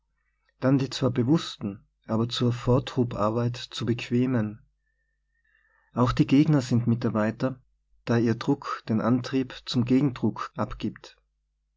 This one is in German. dann die zwar be wußten aber zur vortrupp arbeit zu bequemen auch die gegner sind mitarbeiter da ihr druck den an trieb zum gegendruck abgibt